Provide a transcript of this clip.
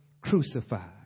crucified